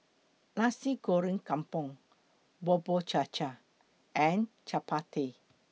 Nasi Goreng Kampung Bubur Cha Cha and Chappati